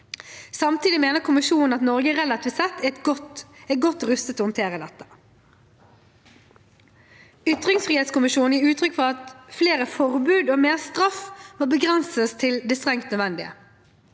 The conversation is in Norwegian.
Samtidig mener kommisjonen at Norge relativt sett er godt rustet til å håndtere dette. Ytringsfrihetskommisjonen gir uttrykk for at flere forbud og mer straff må begrenses til det strengt nødvendige.